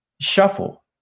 shuffle